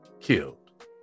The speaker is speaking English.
killed